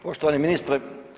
Poštovani ministre.